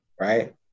right